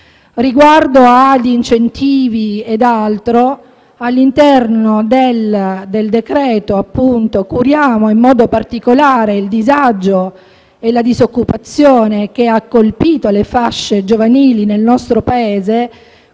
Riguardo agli incentivi, all'interno del decreto-legge curiamo in modo particolare il disagio e la disoccupazione che hanno colpito le fasce giovanili nel nostro Paese